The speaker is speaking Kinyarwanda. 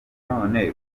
none